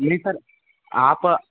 जी sir आप